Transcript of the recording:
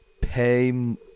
pay –